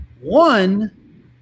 One